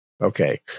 Okay